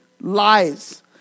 lies